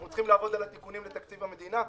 אנחנו צריכים לעבוד על התיקונים לתקציב המדינה,